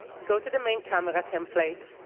go to the main camera template,